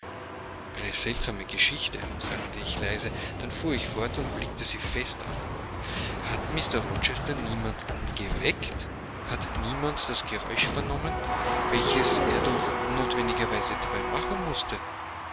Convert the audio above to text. eine seltsame geschichte sagte ich leise dann fuhr ich fort und blickte sie fest an hat mr rochester niemanden geweckt hat niemand das geräusch vernommen welches er doch notwendigerweise dabei machen mußte